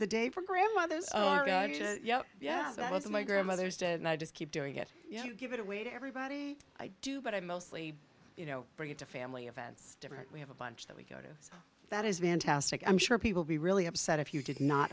the day for grandmothers yes that was my grandmother's day and i just keep doing it you know give it away to everybody i do but i mostly you know bring it to family events different we have a bunch that we go to so that is van tast i'm sure people be really upset if you did not